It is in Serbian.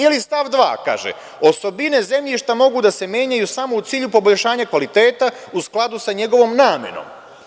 Ili stav 2. kaže: „osobine zemljišta mogu da se menjaju samo u cilju poboljšanja kvaliteta, u skladu sa njegovom namenom“